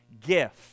gift